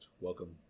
Welcome